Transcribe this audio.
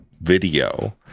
video